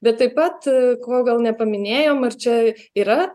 bet taip pat ko gal nepaminėjom ar čia yra